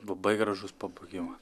labai gražus pabaigimas